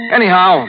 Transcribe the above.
Anyhow